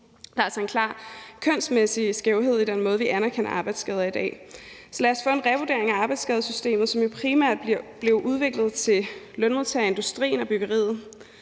Der er altså en klar kønsmæssig skævhed i den måde, vi anerkender arbejdsskader på i dag. Så lad os få en revurdering af arbejdsskadesystemet, som jo primært blev udviklet til lønmodtagere i industrien og byggeriet.